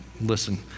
Listen